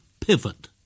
pivot